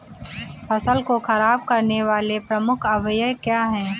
फसल को खराब करने वाले प्रमुख अवयव क्या है?